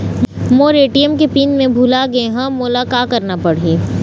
मोर ATM के PIN मैं भुला गैर ह, मोला का करना पढ़ही?